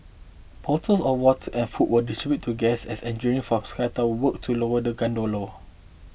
bottles of water and food were distributed to guests as engineer from Sky Tower worked to lower the gondola